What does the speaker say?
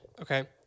Okay